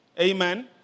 Amen